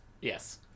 Yes